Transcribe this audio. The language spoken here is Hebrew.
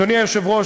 אדוני היושב-ראש,